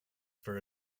for